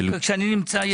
כשאני נמצא יש דיונים.